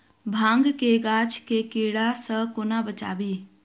भांग केँ गाछ केँ कीड़ा सऽ कोना बचाबी?